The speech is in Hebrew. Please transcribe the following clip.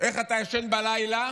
באיך אתה ישן בלילה